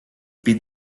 pit